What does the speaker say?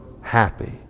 happy